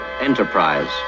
Enterprise